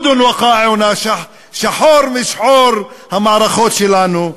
(אומר בערבית ומתרגם:) שחורות משחור המערכות שלנו,